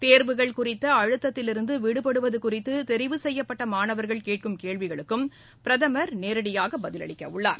தேர்வுகள் குறித்தஅழுத்தத்திலிருந்துவிடுபடுவதுகுறித்து தெரிவு செய்யப்பட்டமாணவர்கள் கேட்கும் கேள்விகளுக்கும் பிரதமர் நேரடியாகபதிலளிக்கவுள்ளார்